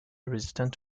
resistant